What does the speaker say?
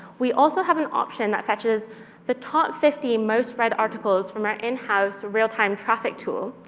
we also have an option that fetches the top fifteen most-read articles from our in-house, real-time traffic tool.